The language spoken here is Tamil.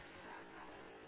மகேஷ் பாலன் மாலை வணக்கம்